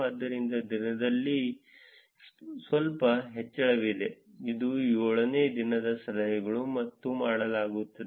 ಆದ್ದರಿಂದ ದಿನದಿಂದ ಸ್ವಲ್ಪ ಹೆಚ್ಚಳವಿದೆ ಅದು 7 ನೇ ದಿನದ ಸಲಹೆಗಳು ಮತ್ತು ಮಾಡಲಾಗುತ್ತದೆ